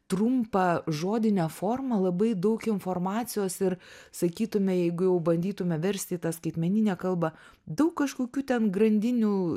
trumpą žodinę formą labai daug informacijos ir sakytume jeigu jau bandytume versti į tą skaitmeninę kalbą daug kažkokių ten grandinių